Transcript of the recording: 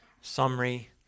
summary